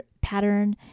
pattern